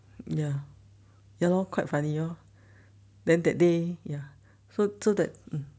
ya ya lor quite funny lor then that day ya so the